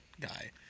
guy